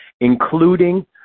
including